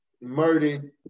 murdered